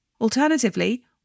Alternatively